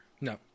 No